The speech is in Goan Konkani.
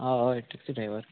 आं हय टॅक्सी ड्रायवर